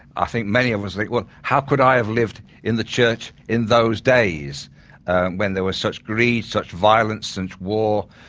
i think many of us think, well, how could i have lived in the church in those days when there was such greed, such violence, such war,